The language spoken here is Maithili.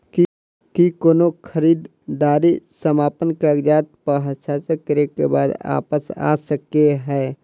की कोनो खरीददारी समापन कागजात प हस्ताक्षर करे केँ बाद वापस आ सकै है?